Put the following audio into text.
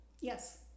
Yes